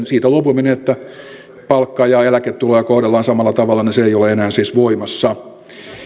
siitä luopuminen että palkka ja eläketuloja kohdellaan samalla tavalla se ei ole siis enää voimassa